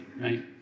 right